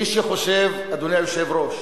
מי שחושב, אדוני היושב-ראש,